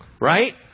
right